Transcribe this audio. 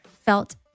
felt